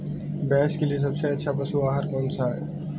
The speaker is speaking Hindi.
भैंस के लिए सबसे अच्छा पशु आहार कौनसा है?